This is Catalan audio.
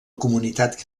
comunitat